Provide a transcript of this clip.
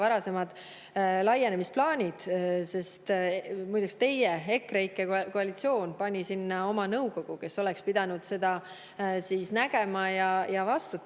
varasemad laienemisplaanid. Muideks, EKREIKE koalitsioon pani sinna oma nõukogu, kes oleks pidanud seda nägema ja vastutama